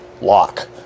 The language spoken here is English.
lock